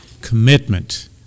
commitment